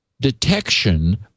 detection